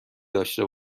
داشته